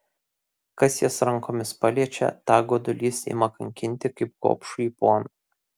kas jas rankomis paliečia tą godulys ima kankinti kaip gobšųjį poną